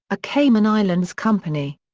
a cayman islands company.